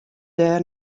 dêr